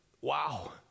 wow